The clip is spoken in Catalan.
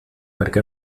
perquè